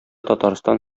татарстан